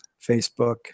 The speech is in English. facebook